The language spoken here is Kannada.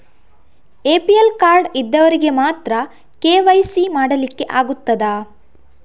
ಎ.ಪಿ.ಎಲ್ ಕಾರ್ಡ್ ಇದ್ದವರಿಗೆ ಮಾತ್ರ ಕೆ.ವೈ.ಸಿ ಮಾಡಲಿಕ್ಕೆ ಆಗುತ್ತದಾ?